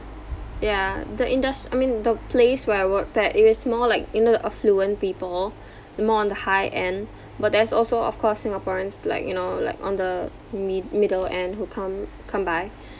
ya the indus~ I mean the place where I worked at it is more like you know the affluent people more on the high end but there's also of course singaporeans like you know like on the mid~ middle end who come come by